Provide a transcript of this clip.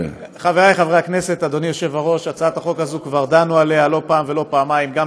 של חברי הכנסת פורר ויוליה מלינובסקי,